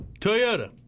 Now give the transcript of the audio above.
Toyota